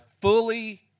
fully